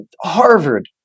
Harvard